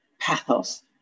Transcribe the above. pathos